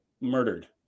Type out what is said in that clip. murdered